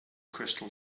crystal